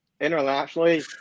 Internationally